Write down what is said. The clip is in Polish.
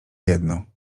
jedno